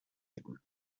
hidden